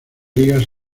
ligas